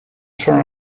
son